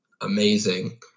amazing